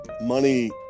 money